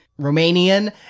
romanian